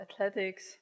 athletics